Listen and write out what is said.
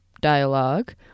dialogue